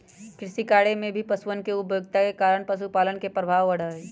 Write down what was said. कृषिकार्य में भी पशुअन के उपयोगिता के कारण पशुपालन के प्रभाव बढ़ा हई